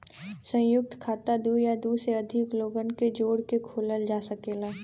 संयुक्त खाता दू या दू से अधिक लोगन के जोड़ के खोलल जा सकेला